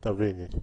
שתביני.